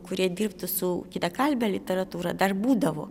kurie dirbtų su kitakalbe literatūra dar būdavo